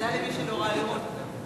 כדאי למי שלא ראה לראות אותה.